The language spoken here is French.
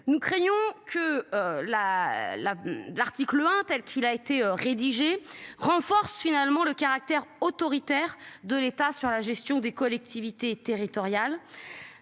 Nous craignons que la la l'article tel qu'il a été rédigé renforce finalement le caractère autoritaire de l'État sur la gestion des collectivités territoriales.